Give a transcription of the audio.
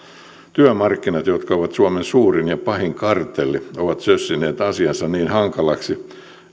työmarkkinat jotka ovat suomen suurin ja pahin kartelli ovat sössineet asiansa niin hankalaksi